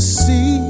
see